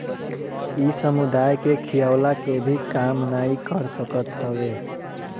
इ समुदाय के खियवला के भी काम नाइ कर सकत हवे